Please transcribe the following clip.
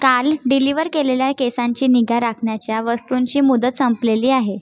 काल डिलिव्हर केलेल्या केसांची निगा राखण्याच्या वस्तूंची मुदत संपलेली आहे